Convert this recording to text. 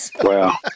Wow